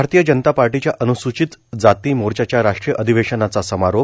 भारतीय जनता पार्टीच्या अन्रसूचित जाती मोर्चाच्या राष्ट्रीय अधिवेशनाचा समारोप